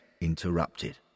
interrupted